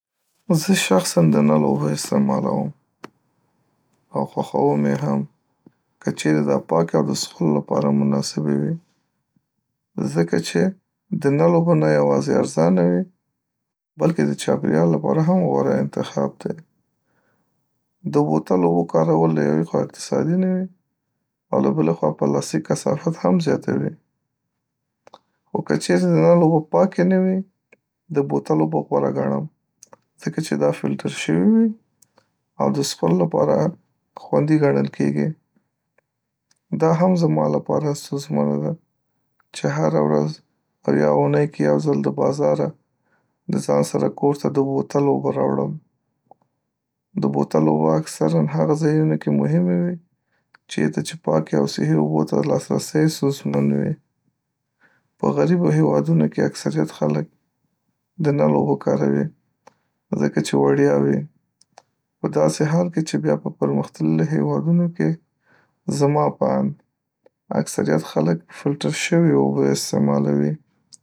.زه شخصاً د نل اوبه استعالوم او خوښوم يې هم، که چیرې دا پاکې او د څښلو لپاره مناسبې وي ځکه چې د نل اوبه نه یوازې ارزانه وي، بلکې د چاپېریال لپاره هم غوره انتخاب دی. د بوتل اوبو کارول له یوې خوا اقتصادي نه وی او له بلې خوا پلاستيک کثافات هم زیاتوي خو، که چیرې د نل اوبه پاکې نه وي نو د بوتل اوبه غوره ګڼم، ځکه چې دا فلټر شوي وي او د څښلو لپاره خوندي ګڼل کیږي دا هم زما لپاره ستونزمنده ده چې هره ورځ او یا اونئ کې یوځل د بازاره ځان سره کورته د بوتل اوبه راوړم. .د بوتل اوبه اکثرا هغه ځایونو کې مهمې وی چیرته چې پاکی او صحې اوبو ته لاسرسی ستونزمند وي په غریبو هیوادونو کې اکثریت خلک دنل اوبه کاروي ځکه چې وړیا وي په داسی حال کې چې بیا په پرمخ تللي هیوادنو کې زما په آند اکثریت خلک فلټر شوي اوبه استعمالوي.